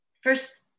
first